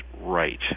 right